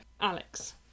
Alex